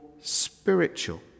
spiritual